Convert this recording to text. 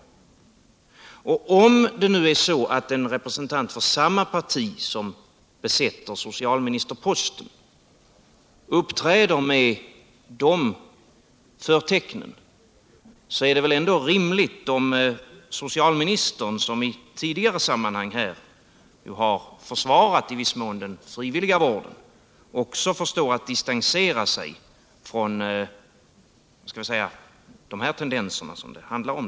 Om det nu är så att en representant för samma parti som besätter socialministerposten uppträder med de förtecknen, är det väl ändå rimligt om socialministern — som i tidigare sammanhang här i viss mån har försvarat den frivilliga vården — också förstår att distansera sig från de tendenser som de förtecknen handlar om.